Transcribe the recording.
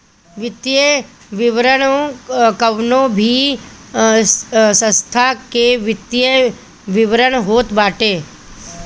वित्तीय विवरण कवनो भी संस्था के वित्तीय विवरण होत बाटे